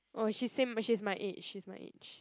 oh she same a~ she's my age she's my age